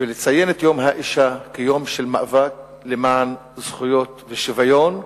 ונציין את יום האשה כיום של מאבק למען זכויות ושוויון,